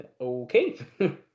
Okay